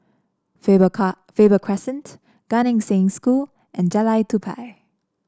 Faber Car Faber Crescent Gan Eng Seng School and Jalan Tupai